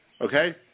Okay